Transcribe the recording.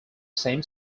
same